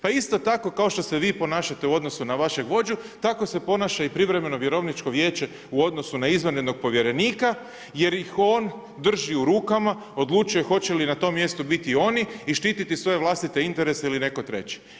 Pa isto tako kao što se vi ponašate u odnosu na vašeg vođu, tako se i ponaša privremeno vjerovničko vijeće u odnosu na izvanrednog povjerenik jer ih on drži u rukama, odlučuje hoće li na tom mjestu biti oni i štititi svoje vlastite interese ili netko treći.